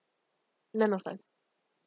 none of us